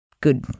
good